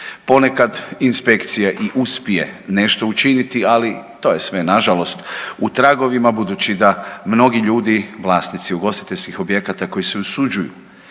Ponekad inspekcija i uspije nešto učiniti, ali to je sve nažalost u tragovima budući da mnogi ljudi vlasnici ugostiteljskih objekata koji se usuđuju